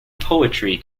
poetry